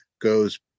goes